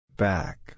back